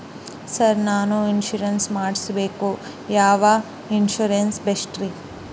Sir ನಾನು insurance ಮಾಡಿಸಬೇಕು ಯಾವ ಇನ್ಶೂರೆನ್ಸ್ ಬೆಸ್ಟ್ರಿ?